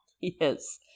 Yes